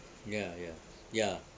ya ya ya